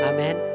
Amen